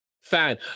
fan